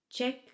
Check